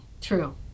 true